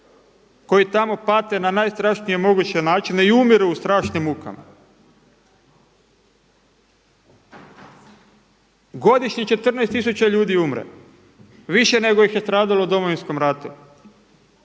koji tamo pate na najstrašnije moguće načine i umiru u strašnim mukama. Godišnje 14 tisuća ljudi umre, više nego ih je stradalo u Domovinskom ratu.